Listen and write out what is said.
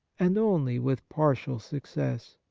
and only with partial success.